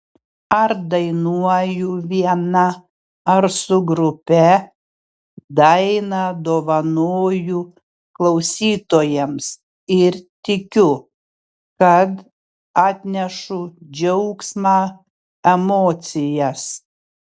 ar dainuoju viena ar su grupe dainą dovanoju klausytojams ir tikiu kad atnešu džiaugsmą emocijas